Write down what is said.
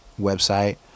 website